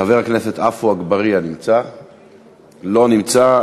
חבר הכנסת עפו אגבאריה, לא נמצא.